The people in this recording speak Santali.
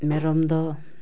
ᱢᱮᱨᱚᱢ ᱫᱚ